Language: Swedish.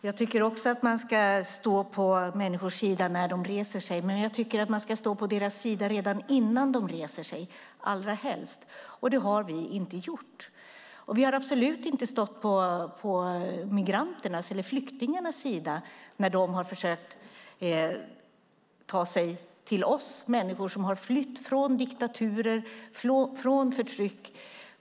Herr talman! Jag tycker också att man ska stå på människors sida när de reser sig. Men jag tycker att man allra helst ska stå på deras sida redan innan de reser sig, men det har vi inte gjort. Vi har absolut inte stått på migranternas eller flyktingarnas sida när de har försökt ta sig till oss. Det är människor som har flytt från diktaturer och förtryck.